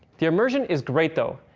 the immersion is great though,